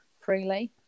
freely